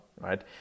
right